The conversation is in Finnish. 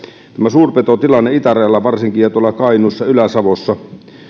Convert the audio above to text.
suurpetotilanne varsinkin itärajalla ja kainuussa ylä savossa